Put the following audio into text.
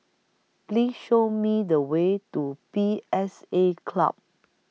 Please Show Me The Way to P S A Club